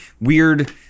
weird